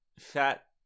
fat